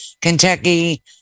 Kentucky